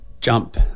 jump